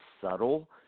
subtle